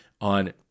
on